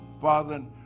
Father